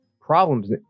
problems